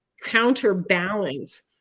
counterbalance